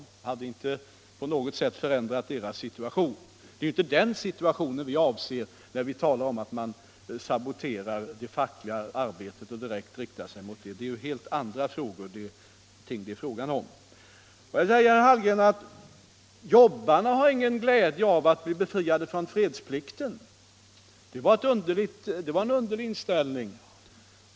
Den hade inte på något sätt förändrat deras situation. — Det är inte den situationen vi avser när vi talar om att man saboterar det fackliga arbetet och direkt riktar sig mot det. Det är helt andra ting det här är fråga om. Herr Hallgren sade att jobbarna inte har någon glädje av att bli befriade från fredsplikten. Det var en underlig inställning.